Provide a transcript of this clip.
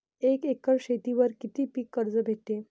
एक एकर शेतीवर किती पीक कर्ज भेटते?